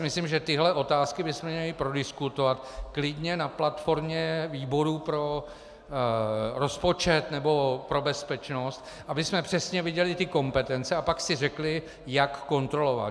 Myslím si, že tyhle otázky bychom měli prodiskutovat klidně na platformě výboru pro rozpočet nebo pro bezpečnost, abychom přesně věděli ty kompetence, a pak si řekli, jak kontrolovat.